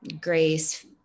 grace